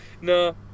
no